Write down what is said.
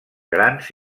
grans